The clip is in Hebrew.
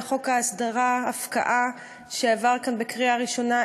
לחוק ההסדרה-הפקעה שעבר כאן בקריאה ראשונה?